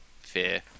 fear